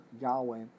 Yahweh